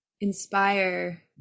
inspire